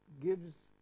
gives